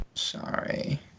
Sorry